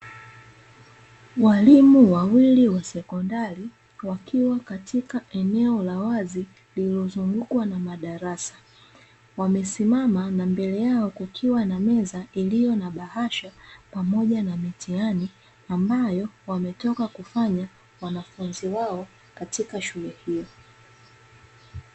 Waalimu wawili wa sekondari wakiwa katika eneo la wazi, lilizongukwa na madarasa, wamesimama na mbele yao kukiwa na meza iliyo na bahasha pamoja na mitihani ambayo wametoka kufanya wanafunzi wao katika shule hiyo .